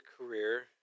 career